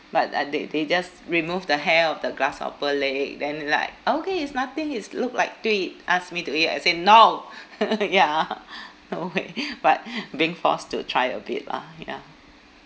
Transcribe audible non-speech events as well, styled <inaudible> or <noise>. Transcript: but uh they they just remove the hair of the grasshopper leg then they like okay is nothing is look like twig ask me to eat I say no <laughs> ya <laughs> no way <laughs> but <laughs> being forced to try a bit lah ya